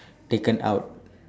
taken out